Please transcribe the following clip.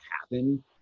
happen